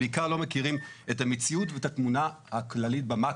ובעיקר לא מכירים את המציאות ואת התמונה הכללית במאקרו.